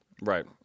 Right